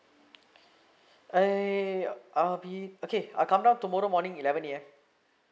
err I'll be okay I come down tomorrow morning eleven A_M